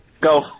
Go